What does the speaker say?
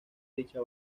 dicha